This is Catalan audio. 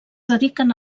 dediquen